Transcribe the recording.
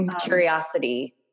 Curiosity